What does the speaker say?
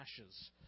ashes